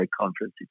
conference